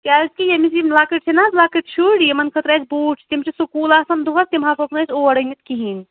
کیازِکہ ییٚمِس یِم لَۄکٕٹ چھِ نَہ حظ لَۄکٕٹۍ شُرۍ یِمن خٲطرٕ اَسہِ بوٗٹ چھِ تِم چھِ سکوٗل آسان دۄہس تُم ہیٚکہوکھ نہٕ أسۍ اور أنِتھ کِہِنۍ